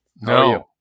No